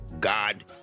God